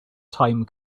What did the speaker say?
time